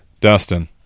Dustin